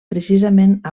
precisament